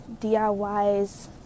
diys